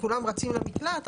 כולם רצים למקלט,